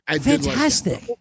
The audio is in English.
Fantastic